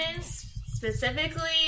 specifically